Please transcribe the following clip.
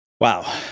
Wow